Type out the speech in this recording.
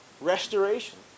restoration